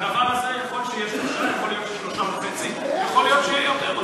יכול להיות שיהיה 3, יכול להיות 3.5, ואולי יותר.